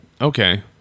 okay